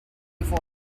before